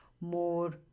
more